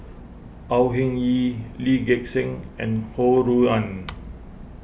Au Hing Yee Lee Gek Seng and Ho Rui An